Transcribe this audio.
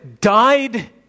died